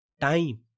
time